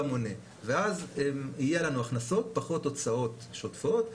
כל ההשקעות יעלו למונה ואז יהיה לנו הכנסות פחות הוצאות שוטפות,